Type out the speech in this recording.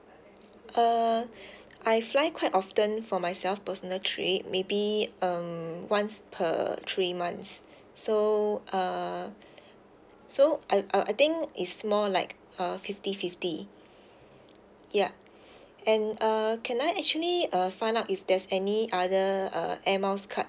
uh I fly quite often for myself personal trip maybe um once per three months so uh so I I think it's more like uh fifty fifty ya and uh can I actually uh find out if there's any other uh air miles card